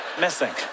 missing